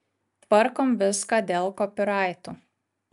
tvarkom viską dėl kopiraitų